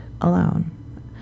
alone